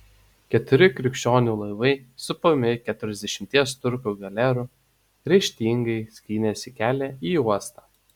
keturi krikščionių laivai supami keturiasdešimties turkų galerų ryžtingai skynėsi kelią į uostą